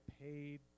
paid